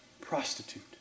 prostitute